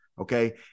Okay